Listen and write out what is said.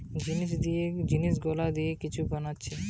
composition মানে হচ্ছে যে সব জিনিস গুলা দিয়ে কিছু বানাচ্ছে